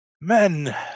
Men